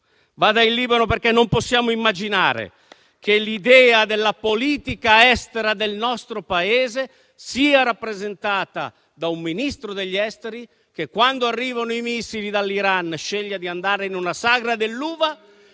Vada in Libano, perché non possiamo immaginare che l'idea della politica estera del nostro Paese sia rappresentata da un Ministro degli affari esteri che, quando arrivano i missili dall'Iran, sceglie di andare a una sagra dell'uva